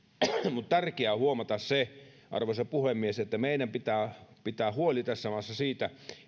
mutta on tärkeää huomata se arvoisa puhemies että meidän pitää pitää huoli tässä maassa siitä